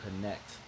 connect